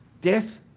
death